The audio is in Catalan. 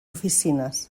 oficines